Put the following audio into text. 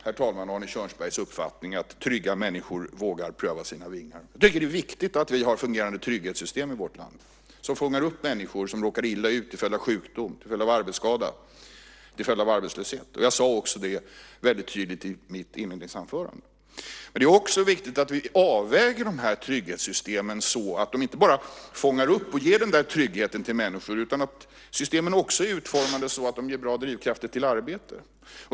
Jag delar Arne Kjörnsbergs uppfattning att trygga människor vågar pröva sina vingar. Det är viktigt att vi har fungerande trygghetssystem i vårt land som fångar upp människor som råkar illa ut till följd av sjukdom, arbetsskada eller arbetslöshet. Jag sade också det väldigt tydligt i mitt inledningsanförande. Det är också viktigt att vi avväger trygghetssystemen så att de inte bara fångar upp och ger tryggheten till människor utan att systemen också är utformade så att de ger bra drivkrafter till arbete.